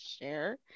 share